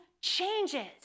changes